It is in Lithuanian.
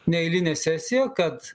neeilinę sesiją kad